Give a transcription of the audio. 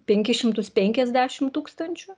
penkis šimtus penkiasdešim tūkstančių